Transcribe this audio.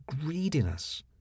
greediness